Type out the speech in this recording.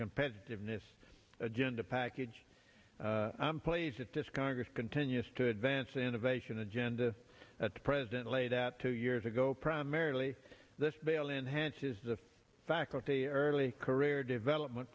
competitiveness agenda package i'm pleased that this congress continues to advance innovation agenda that the president laid out two years ago primarily this bail enhances the faculty early career development